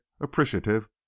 appreciative